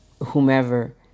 whomever